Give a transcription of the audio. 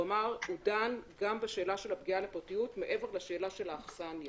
הוא דן גם בשאלה של פגיעה בפרטיות מעבר לשאלה של האכסניה,